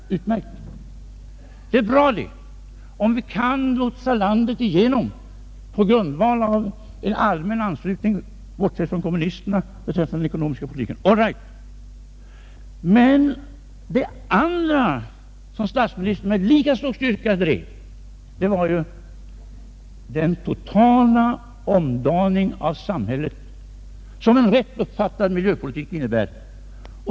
Det är utmärkt. Om vi kan ”lotsa landet igenom” på grundval av en allmän uppslutning, bortsett från kommunisterna, kring den ekonomiska politiken är det helt all right. En annan sak som statsministern med lika stor styrka stred för var den totala omdaning av samhället som en rätt uppfattad miljöpolitik innebär.